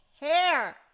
hair